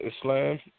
Islam